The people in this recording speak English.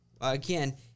again